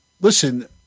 listen